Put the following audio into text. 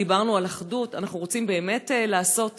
דיברנו על אחדות, אנחנו רוצים באמת לעשות משהו?